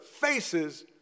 faces